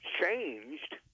changed